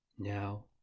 Now